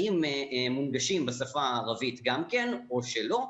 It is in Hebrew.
האם מונגשים בשפה הערבית גם כן או שלא?